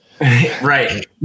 right